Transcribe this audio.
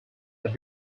but